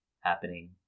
happening